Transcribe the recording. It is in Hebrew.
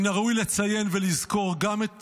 מן הראוי לציין ולזכור גם את